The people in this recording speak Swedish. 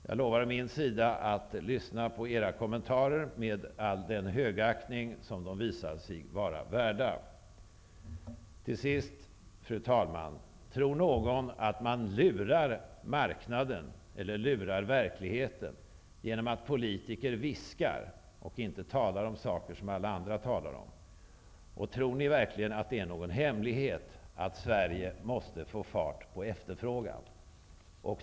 Jag lovar å min sida att lyssna på era kommentarer med all den högaktning som de visar sig vara värda. Fru talman! Till sist: Tror någon att man lurar marknaden eller verkligheten genom att politiker viskar i stället för att tala om de saker som alla andra talar om? Tror ni verkligen att det är någon hemlighet att Sverige måste få fart på efterfrågan?